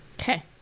okay